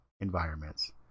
environments